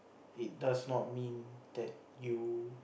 it does not mean that you